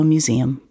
Museum